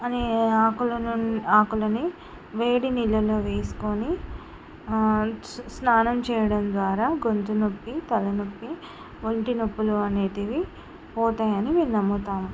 అనే ఆకులను ఆకులని వేడి నీళ్ళులో వేసుకొని స్నా స్నానం చేయడం ద్వారా గొంతు నొప్పి తలనొప్పి ఒంటి నొప్పులు అనేటివి పోతాయని మేము నమ్ముతాము